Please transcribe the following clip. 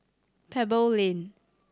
Pebble Lane